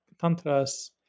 Tantras